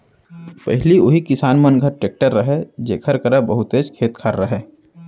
पहिली उही किसान मन घर टेक्टर रहय जेकर करा बहुतेच खेत खार रहय